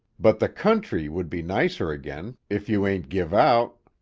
but the country would be nicer again, if you ain't give out.